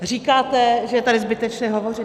Říkáte, že je tady zbytečné hovořit.